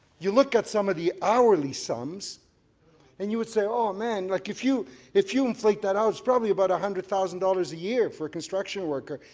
you look at some of the hourly sums and you would say oh, man like if you if you inflate that hours probably about a hundred thousand dollars a year for a construction worker,